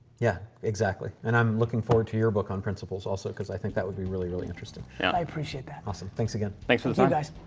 yeah, exactly. and i'm looking forward to your book on principles also cause i think that would be really, really interesting. and i appreciate that. awesome. thanks again. thanks for listening guys.